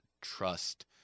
trust